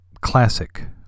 classic